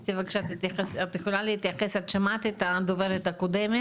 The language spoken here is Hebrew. אסתי בבקשה את יכולה להתייחס למה שאמרה הדוברת הקודמת?